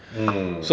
mm